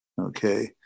Okay